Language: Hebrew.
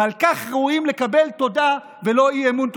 ועל כך ראויים לקבל תודה ולא אי-אמון.